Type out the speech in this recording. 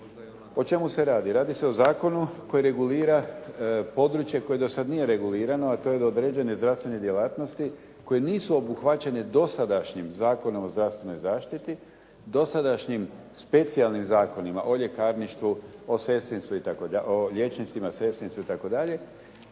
O čemu se radi? Radi se o zakonu koji regulira područje koje do sad nije regulirano, a to je da određene zdravstvene djelatnosti koje nisu obuhvaćene dosadašnjim Zakonom o zdravstvenoj zaštiti, dosadašnjim specijalnim zakonima, o ljekarništvu, o liječnicima, sestrinstvu itd.,